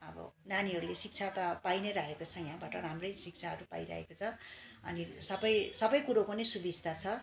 अब नानीहरूले शिक्षा त पाइनै रहेको छ यहाँबाट राम्रै शिक्षाहरू पाइरहेको छ अनि सबै सबै कुरोको नै सुविस्ता छ